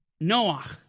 Noah